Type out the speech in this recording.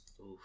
Oof